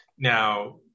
Now